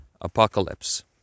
apocalypse